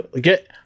get